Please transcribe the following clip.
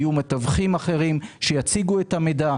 יהיו מתווכים אחרים שיציגו את המידע,